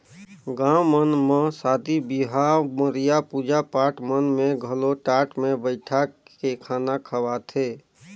गाँव मन म सादी बिहाव, मरिया, पूजा पाठ मन में घलो टाट मे बइठाके खाना खवाथे